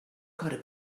gotta